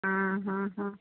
हाँ हाँ हाँ